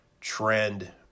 trend